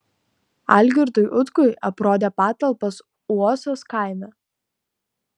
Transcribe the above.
algirdui utkui aprodė patalpas uosos kaime